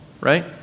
Right